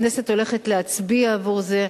והכנסת הולכת להצביע עבור זה.